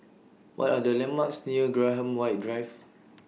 What Are The landmarks near Graham White Drive